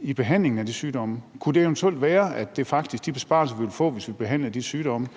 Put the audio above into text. i behandlingen af de sygdomme? Kunne det eventuelt være, at